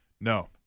No